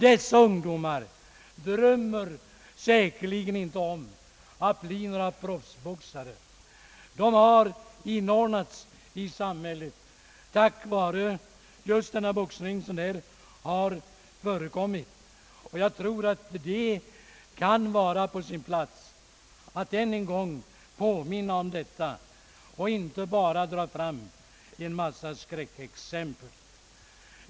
Dessa ungdomar drömmer säkerligen inte om att bli proboxare. De har inordnats i samhället tack vare just boxningen. Jag tror att det kan vara på sin plats att än en gång påminna om detta i stället för att bara dra fram en mängd skräckexempel.